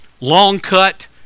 long-cut